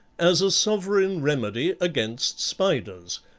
as a sovereign remedy against spiders,